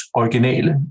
originale